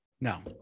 no